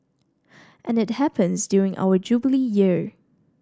and it happens during our Jubilee Year